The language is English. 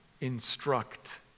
instruct